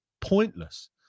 pointless